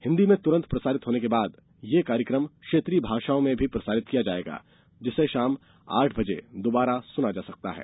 हिंदी में तुरन्त प्रसारित होने के बाद यह कार्यक्रम क्षेत्रीय भाषाओं में भी प्रसारित किया जाएगा जिसे शाम आठ बजे दोबारा सुना जा सकता है